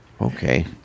okay